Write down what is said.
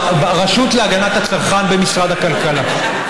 הרשות להגנת הצרכן במשרד הכלכלה,